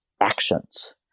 actions